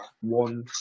one